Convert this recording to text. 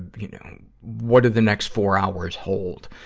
you know, what are the next four hours hold.